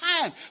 time